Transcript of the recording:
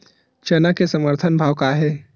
चना के समर्थन भाव का हे?